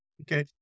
okay